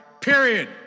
period